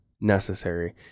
necessary